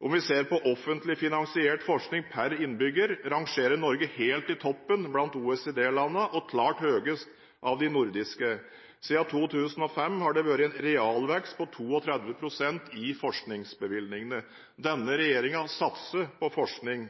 Om vi ser på offentlig finansiert forskning per innbygger, rangerer Norge helt i toppen blant OECD-landene og klart høyest av de nordiske. Siden 2005 har det vært en realvekst på 32 pst. i forskningsbevilgningene. Denne regjeringen satser på forskning.